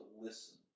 listen